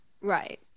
right